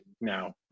now